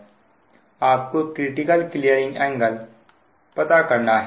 आपको critical clearing angle पता करना है